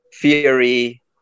theory